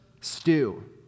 stew